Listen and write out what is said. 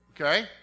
okay